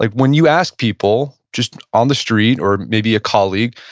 like when you ask people, just on the street or maybe a colleague,